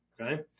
Okay